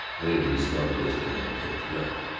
later he smelled whisky on ted's breath.